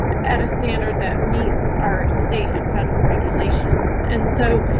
at a standard that meets our state and federal regulations and so.